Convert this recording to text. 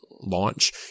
launch